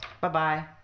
Bye-bye